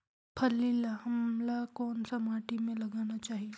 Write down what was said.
फल्ली ल हमला कौन सा माटी मे लगाना चाही?